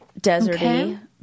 Deserty